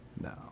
No